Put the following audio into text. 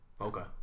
Okay